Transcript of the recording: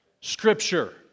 scripture